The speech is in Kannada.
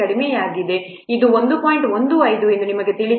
15 ಎಂದು ನಿಮಗೆ ತಿಳಿದಿದೆ